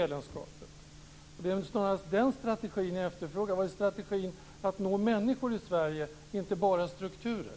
Det är snarast den strategin jag efterfrågar. Vad är strategin för att nå människor i Sverige, inte bara strukturer?